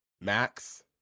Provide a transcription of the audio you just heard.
max